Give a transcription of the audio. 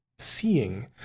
seeing